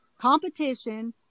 competition